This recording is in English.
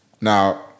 Now